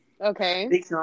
Okay